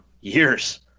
years